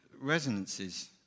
resonances